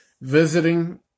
Visiting